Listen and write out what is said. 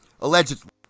allegedly